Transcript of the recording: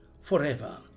forever